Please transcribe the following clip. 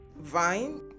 vine